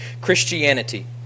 Christianity